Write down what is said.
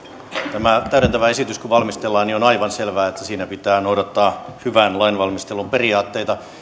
tämä täydentävä esitys kun valmistellaan niin on aivan selvää että siinä pitää noudattaa hyvän lainvalmistelun periaatteita